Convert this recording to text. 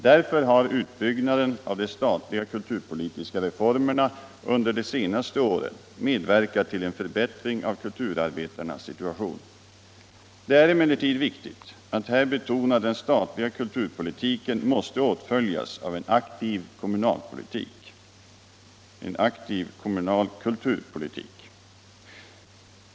Därför har utbyggnaden av de statliga kulturpolitiska reformerna under de senaste åren medverkat till en förbättring av kulturarbetarnas situation. Det är emellertid viktigt att här betona att den statliga kulturpolitiken måste åtföljas av en aktiv kommunal kulturpolitik.